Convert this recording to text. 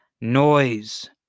noise